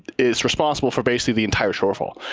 it's responsible for basically the entire shortfall.